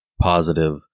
positive